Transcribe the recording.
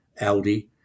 Aldi